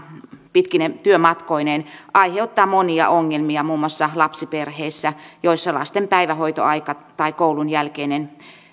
pitkine työmatkoineen aiheuttaa monia ongelmia muun muassa lapsiperheissä joissa lasten päivähoitoaika tai koulun jälkeinen